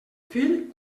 fill